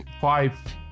five